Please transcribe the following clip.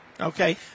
Okay